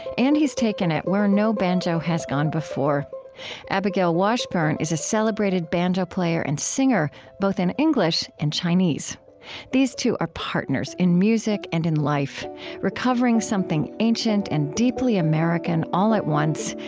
and he's taken it where no banjo has gone before abigail washburn is a celebrated banjo player and singer, both in english and chinese these two are partners in music and in life recovering something ancient and deeply american all at once,